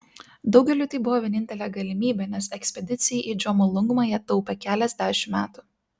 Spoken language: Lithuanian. daugeliui tai buvo vienintelė galimybė nes ekspedicijai į džomolungmą jie taupė keliasdešimt metų